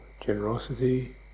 generosity